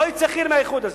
לא יצא ח'יר מהאיחוד הזה.